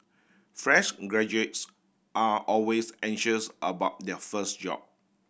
fresh graduates are always anxious about their first job